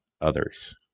others